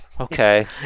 Okay